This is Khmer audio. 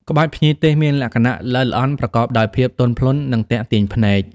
ក្បាច់ភ្ញីទេសមានលក្ខណៈល្អិតល្អន់ ប្រកបដោយភាពទន់ភ្លន់ និងទាក់ទាញភ្នែក។